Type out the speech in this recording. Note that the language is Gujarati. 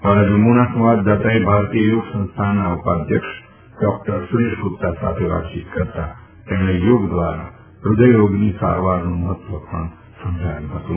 અમારા જમ્મુના સંવાદદાતાએ ભારતીય યોગ સંસ્થાનના ઉપાધ્યક્ષ ડોક્ટર સુરેશ ગુપ્તા સાથે વાતચીત કરતા તેમણે યોગ દ્વારા હૃદયરોગની સારવારનું મહત્વ સમજાવ્યું હતું